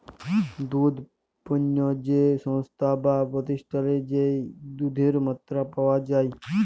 দুধ পণ্য যে সংস্থায় বা প্রতিষ্ঠালে যেই দুধের মাত্রা পাওয়া যাই